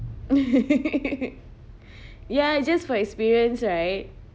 ya it's just for experience right